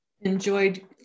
enjoyed